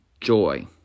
joy